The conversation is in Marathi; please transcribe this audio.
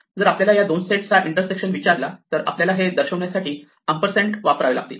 जर आपल्याला या दोन सेटचा इंटरसेक्शन विचारला तर आपल्याला हे दर्शवण्यासाठी हे अँपर्संड वापरावे लागेल